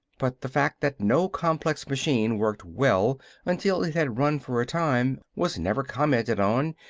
but the fact that no complex machine worked well until it had run for a time was never commented on,